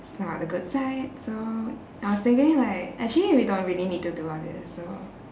it's not the good sides so I was thinking like actually we don't really need to do all this so